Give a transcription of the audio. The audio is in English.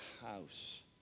house